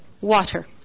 water